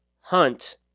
Hunt